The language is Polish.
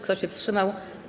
Kto się wstrzymał?